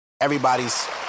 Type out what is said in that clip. everybody's